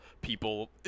people